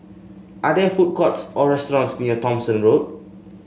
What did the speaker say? are there food courts or restaurants near Thomson Road